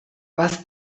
was